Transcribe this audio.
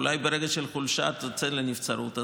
אולי ברגע של חולשה תצא לנבצרות,